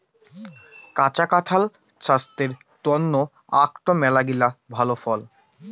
কাঁচা কাঁঠাল ছাস্থের তন্ন আকটো মেলাগিলা ভাল ফল